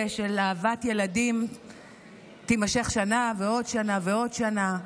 של אהבת ילדים יימשך שנה ועוד שנה ועוד שנה,